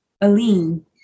Aline